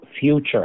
future